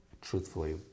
truthfully